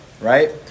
right